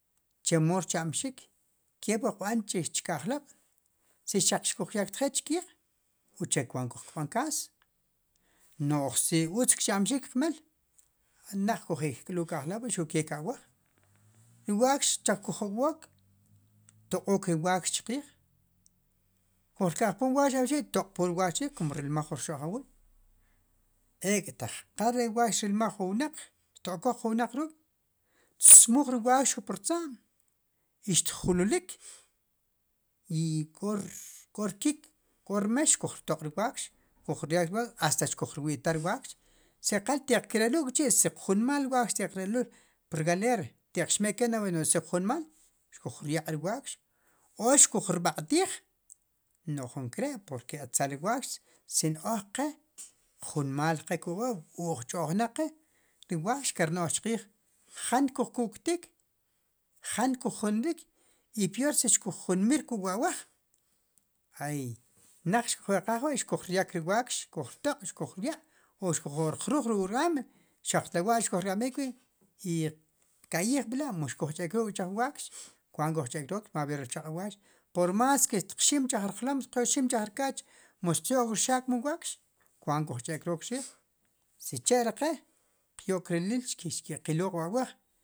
Chemo rchamxik ke wu qb'an chki ajk'ob' si xaq xkujyaktjel chkiij uche kuant kujkb'an kaas nu'j si utz kcha'mxik kmel ne'j kujekk'lu' ki' alk'lob' xuq ke ki awaj ri wakx taq kujok'wook toq'ok ri wakx chqiij kujrka'jpon wakx achi toqpoon ri wakx chriij kumo rilmaj wu rxo'jwiil ek' taq qa ri wakx rilmaj ju wnaq xto'koq ju wnaq ruk' tsmuj ri wakx wu pirtza'm i xtjululik i k'o rkik' i k'o rmex xkujrtoq' ri wakx hasta xkujrwi'taj ri wakx si qal teq krelu'l chi' si rjunmaal wakx teq krelul pir galer te qxmeken nuj si rjunmaal xkujryaq' ri wakx o xkujrb'atiij nuj nkare' porque etzel ri wakx sino oj ke qjunmaal ke oj ch'ojnaq qe ri wakx kel rno'j chqiij jan kuj kuktik jan kuj junmrik i pior si xkuj junmir kuk' wu awaj hay ne'j xkujeqaj wi' xkujryak ri wakx xkujrtoq' xkujryaq' o xkojorjruj ruk' ri ranmi xaqtlo wa xkujrk'amb'ik wi' i qka'yijb'la mu kuj ch'ekrook chij wakx kuant kuj ch'ekrook mas ver ri rchaq'ab' wakx por mas que tqxim chij rjlom chij rkaach mo tqyok rxakm wakx kuant kuj ch'ekrook chriij sicha ri qe qyo'k riliil kesi xkeqilo'q wu awaj